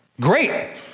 Great